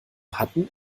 hatten